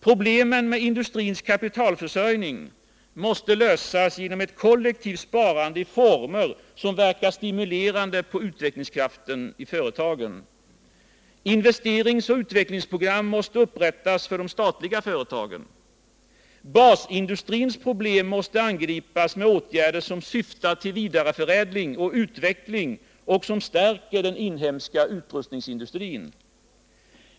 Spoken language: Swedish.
— Problemen med industrins kapitalförsörjning måste lösas genom ett kollektivt sparande i former som verkar stimulerande på utvecklingskraften i företagen. — Investeringsoch utvecklingsprogram måste upprättas för de statliga företagen. - Basindustrins problem måste angripas med åtgärder som syftar till vidareförädling och utveckling och som stärker den inhemska utrustningsindustrin.